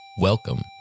Welcome